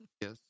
Yes